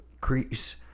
crease